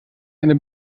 eine